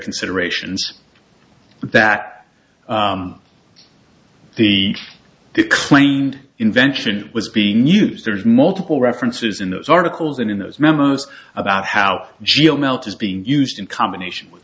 considerations that the claimed invention was being used there's multiple references in those articles and in those memos about how geo melt is being used in combination with